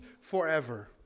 forever